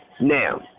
Now